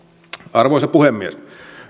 arvoisa puhemies